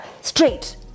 straight